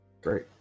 Great